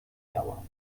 lauer